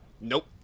Nope